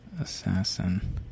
Assassin